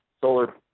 solar